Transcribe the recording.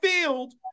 field